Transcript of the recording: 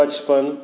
पचपन